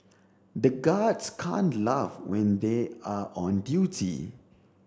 the guards can't laugh when they are on duty